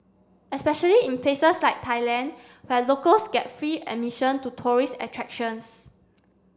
especially in places like Thailand where locals get free admission to tourist attractions